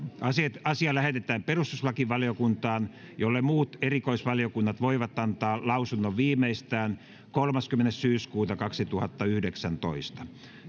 asia lähetetään perustuslakivaliokuntaan jolle muut erikoisvaliokunnat voivat antaa lausunnon viimeistään kolmaskymmenes yhdeksättä kaksituhattayhdeksäntoista